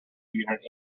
unit